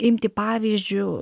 imti pavyzdžiu